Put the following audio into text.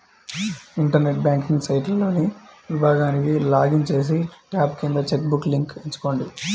internet banking సైట్లోని విభాగానికి login చేసి, ట్యాబ్ కింద చెక్ బుక్ లింక్ ఎంచుకోండి